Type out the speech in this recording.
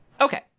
Okay